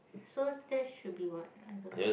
so that should be what I don't know